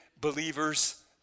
believers